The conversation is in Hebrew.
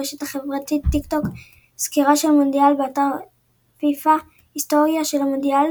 ברשת החברתית טיקטוק סקירה של המונדיאלים באתר פיפ"א היסטוריה של המונדיאל